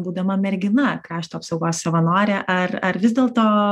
būdama mergina krašto apsaugos savanorė ar vis dėlto